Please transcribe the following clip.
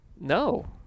no